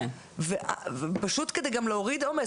זאת על מנת פשוט להוריד עומס,